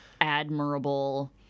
admirable